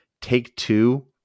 Take-Two